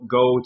go